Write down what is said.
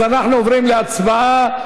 אנחנו עוברים להצבעה.